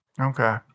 Okay